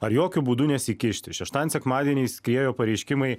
ar jokiu būdu nesikišti šeštadienį sekmadienį skriejo pareiškimai